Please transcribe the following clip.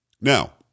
Now